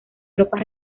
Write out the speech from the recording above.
tropas